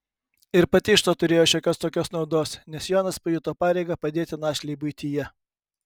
ir pati iš to turėjo šiokios tokios naudos nes jonas pajuto pareigą padėti našlei buityje